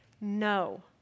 no